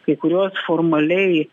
kai kurios formaliai